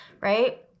right